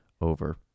over